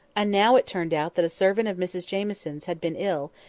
and now it turned out that a servant of mrs jamieson's had been ill,